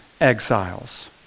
exiles